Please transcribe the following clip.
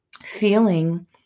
feeling